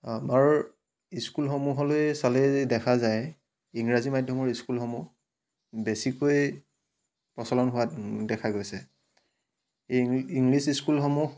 আমাৰ ইস্কুলসমূহলৈ চালেই দেখা যায় ইংৰাজী মাধ্যমৰ স্কুলসমূহ বেছিকৈ প্ৰচলন হোৱা দেখা গৈছে ইং ইংলিছ স্কুলসমূহ